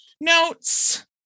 notes